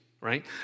right